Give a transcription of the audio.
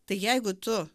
tai jeigu tu